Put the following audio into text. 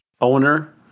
owner